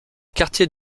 quartiers